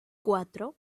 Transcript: cuatro